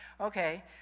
Okay